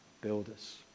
builders